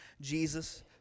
Jesus